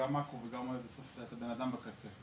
--- גם מאקרו וגם בסוף את הבן אדם בקצה.